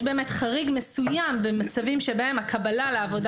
יש חריג מסוים במצבים בהם הקבלה לעבודה